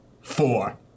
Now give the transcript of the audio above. four